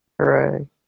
Hooray